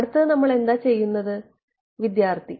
അടുത്തത് നമ്മൾ എന്താണ് ചെയ്യേണ്ടത്